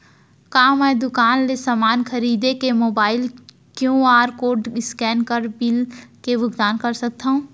का मैं दुकान ले समान खरीद के मोबाइल क्यू.आर कोड स्कैन कर बिल के भुगतान कर सकथव?